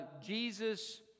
Jesus